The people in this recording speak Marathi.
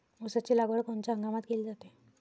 ऊसाची लागवड कोनच्या हंगामात केली जाते?